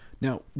Now